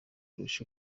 kurusha